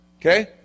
Okay